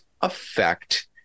affect